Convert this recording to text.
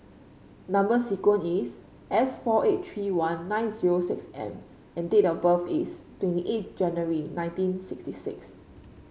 number sequence is S four eight three one nine zero six M and date of birth is twenty eight January nineteen sixty six